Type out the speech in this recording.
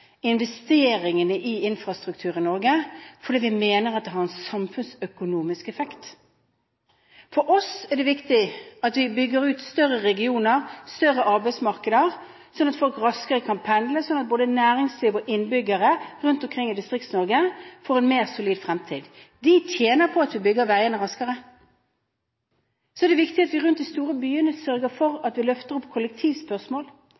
investeringene i infrastruktur i Norge fordi vi mener det vil ha en samfunnsøkonomisk effekt. For oss er det viktig at vi bygger ut større regioner og større arbeidsmarkeder, sånn at folk raskere kan pendle, og sånn at både næringsliv og innbyggere rundt omkring i Distrikts-Norge får en mer solid fremtid. De tjener på at vi bygger veiene raskere. Så er det viktig at vi rundt de store byene sørger for